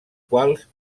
quals